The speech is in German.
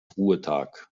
ruhetag